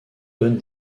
donnent